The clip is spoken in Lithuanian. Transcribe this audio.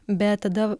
bet tada